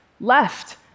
left